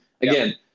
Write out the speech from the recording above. again